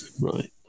Right